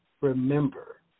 remember